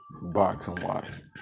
boxing-wise